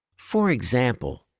for example,